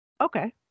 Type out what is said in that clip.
Okay